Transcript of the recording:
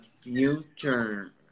future